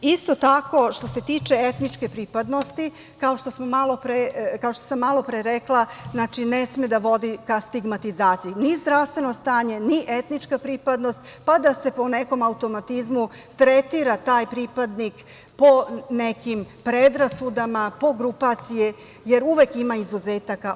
Isto tako, što se tiče etničke pripadnosti, kao što sam malopre rekla, ne sme da vodi ka stigmatizaciji ni zdravstveno stanje, ni etnička pripadnost, pa da se po nekom automatizmu tretira taj pripadnik po nekim predrasudama, po grupaciji, jer uvek ima izuzetaka.